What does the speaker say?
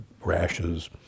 rashes